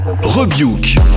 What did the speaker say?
Rebuke